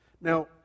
Now